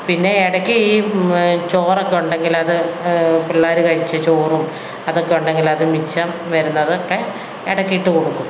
പിന്നെ ഇടക്ക് ഈ ചോറൊക്കെ ഉണ്ടെങ്കിലത് പിള്ളേര് കഴിച്ച ചോറും അതൊക്കെയുണ്ടെങ്കിലത് മിച്ചം വരുന്നതൊക്കെ ഇടക്കിട്ടു കൊടുക്കും